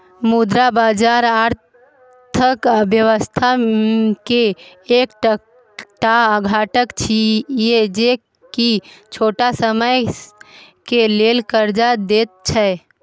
मुद्रा बाजार अर्थक व्यवस्था के एक टा घटक छिये जे की छोट समय के लेल कर्जा देत छै